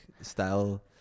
style